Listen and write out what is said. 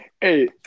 Hey